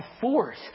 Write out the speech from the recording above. force